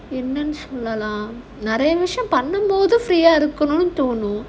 என்ன:enna wish சொல்லலாம் நெறய விஷயம் பண்ணும்போது:sollalaam neraya vishayam pannumpothu free ah இருக்கனும்னு தோணும்:irukanumnu thonum